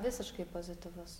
visiškai pozityvus